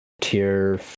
Tier